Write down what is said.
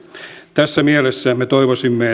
tässä mielessä me toivoisimme